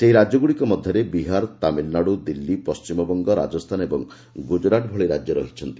ସେହି ରାଜ୍ୟଗ୍ରଡ଼ିକ ମଧ୍ୟରେ ବିହାର ତାମିଲ୍ନାଡୁ ଦିଲ୍ଲୀ ପଶ୍ଚିମବଙ୍ଗ ରାଜସ୍ଥାନ ଓ ଗୁଜୁରାତ୍ ଭଳି ରାଜ୍ୟମାନ ରହିଛି